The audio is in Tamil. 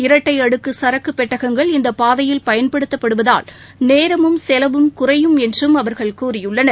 இரட்டை அடுக்கு சரக்கு பெட்டகங்கள் இந்த பாதையில் பயன்படுத்தப்படுவதால் நேரமும் செலவும் குறையும் என்றும் அவர்கள் கூறியுள்ளனர்